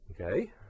okay